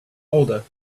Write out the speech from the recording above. older